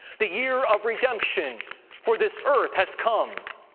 the year of redemption for this earth has come,